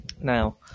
Now